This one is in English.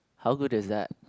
how good is that